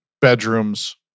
bedrooms